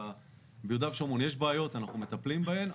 ביהודה ושומרון יש בעיות, אנחנו מטפלים בהם.